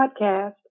podcast